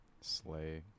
Slay